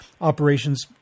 operations